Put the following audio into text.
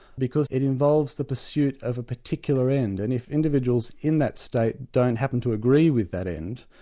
because it involves the pursuit of a particular end, and if individuals in that state don't happen to agree with that end,